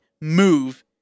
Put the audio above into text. move